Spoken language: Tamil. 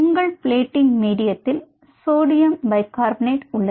உங்கள் பிளேட்டிங் மீடியத்த்தில் சோடியம் பைகார்பனேட் உள்ளது